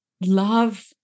Love